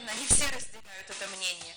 אנחנו זה הצוותים שלנו וכמובן עובדים סוציאליים.